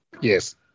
Yes